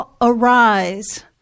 arise